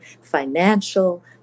financial